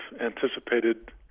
anticipated